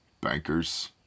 Bankers